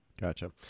Gotcha